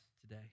today